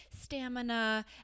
stamina